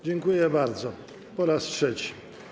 Dziękuję bardzo po raz trzeci.